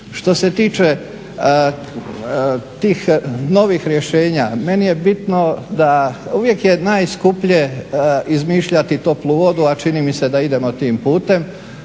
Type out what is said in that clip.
Što se tiče tih novih rješenja meni je bitno da uvijek je najskuplje izmišljati toplu vodu a čini mi se da idemo tim putem.